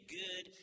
good